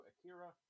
Akira